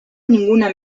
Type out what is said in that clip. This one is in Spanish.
ninguna